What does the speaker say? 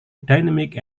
dynamic